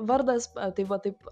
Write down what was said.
vardas tai va taip